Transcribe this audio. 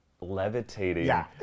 levitating